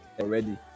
already